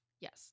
yes